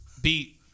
beat